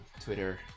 Twitter